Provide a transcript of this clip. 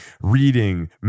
reading